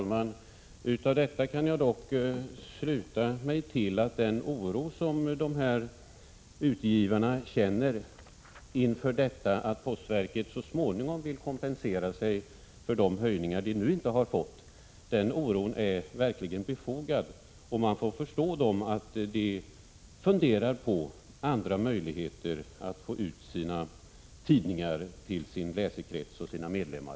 Herr talman! Av detta kan jag dock sluta mig till att den oro som en del tidningsutgivare känner för att postverket så småningom skall vilja kompensera sig för de höjningar man nu inte fått göra verkligen är befogad. Man får då förstå att de funderar över andra möjligheter att få ut sina tidningar till sin läsekrets och sina medlemmar.